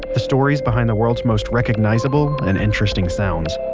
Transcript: the stories behind the world's most recognizable and interesting sounds.